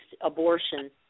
abortion